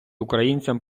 українцям